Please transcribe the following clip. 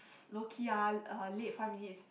lowkey ah late five minutes